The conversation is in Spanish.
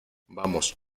vamos